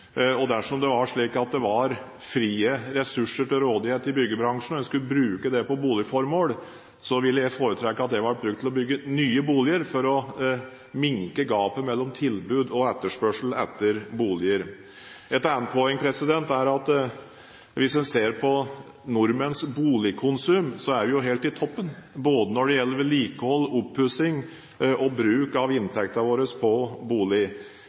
Dersom det var slik at det var frie ressurser til rådighet i byggebransjen, og man skulle bruke det på boligformål, ville jeg foretrekke at det ble brukt til å bygge nye boliger, for å minke gapet mellom tilbud på og etterspørsel etter boliger. Et annet poeng er at hvis man ser på nordmenns boligkonsum, er vi helt i toppen når det gjelder vedlikehold, oppussing og bruk av inntekten vår på bolig.